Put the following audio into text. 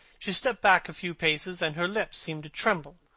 she stepped back a few paces and her lips seemed to tremble.